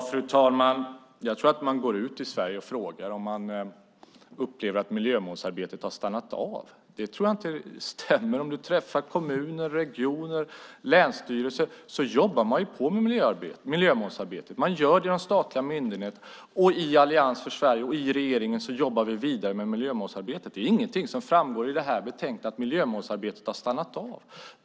Fru talman! Om man går ut i Sverige och frågar om människor upplever att miljömålsarbetet har stannat av tror jag att man får veta att det inte stämmer. I kommuner och regioner och på länsstyrelser jobbar man ju på med miljömålsarbetet. Man gör det inom de statliga myndigheterna. I Allians för Sverige och i regeringen jobbar vi vidare med miljömålsarbetet. Ingenstans i det här betänkandet framgår det att miljömålsarbetet har stannat av.